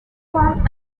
form